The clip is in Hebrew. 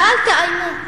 ואל תאיימו,